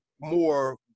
more